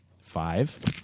Five